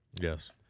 Yes